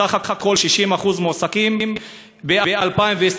בסך הכול 60% מועסקים ב-2020,